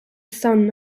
son